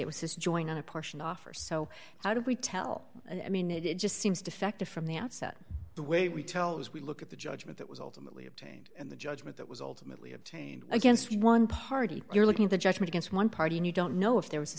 it was his joint on a portion offer so how do we tell i mean it it just seems defective from the outset the way we tell as we look at the judgement that was ultimately obtained and the judgment that was ultimately obtained against one party you're looking at the judgment against one party and you don't know if there was a